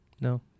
No